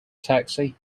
taxi